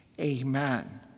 Amen